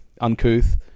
uncouth